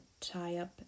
tie-up